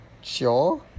Sure